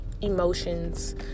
emotions